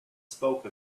spoke